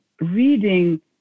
reading